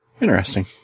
Interesting